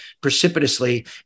precipitously